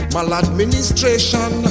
Maladministration